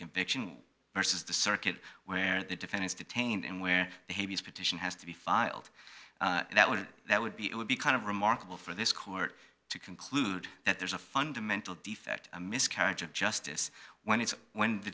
conviction versus the circuit where the defendants detained and where the petition has to be filed and that would that would be it would be kind of remarkable for this court to conclude that there's a fundamental defect a miscarriage of justice when it's when the